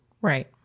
right